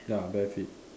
ya bare feet